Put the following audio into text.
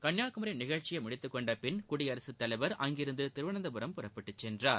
கன்னியாகுமரி நிகழ்ச்சியை முடித்துக் கொண்டபின் குடியரசுத்தலைவர் அங்கிருந்து திருவனந்தபுரம் புறப்பட்டுச் சென்றார்